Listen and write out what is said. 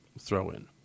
throw-in